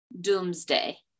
doomsday